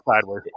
sideways